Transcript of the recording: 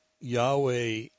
Yahweh